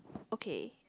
okay